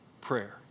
prayer